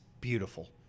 beautiful